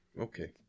Okay